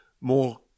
more